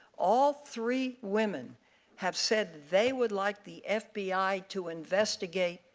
all three women have said they would like the fbi to investigate,